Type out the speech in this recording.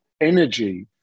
energy